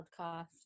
podcast